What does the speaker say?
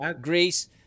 Greece